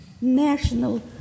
national